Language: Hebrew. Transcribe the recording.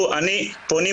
בבקשה.